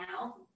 now